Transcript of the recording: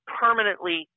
permanently